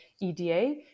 EDA